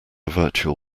virtual